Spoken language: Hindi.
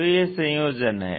तो यह संयोजन है